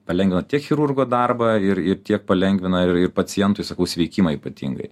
palengvina tiek chirurgo darbą ir ir tiek palengvina ir ir pacientui sakau sveikimą ypatingai